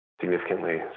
significantly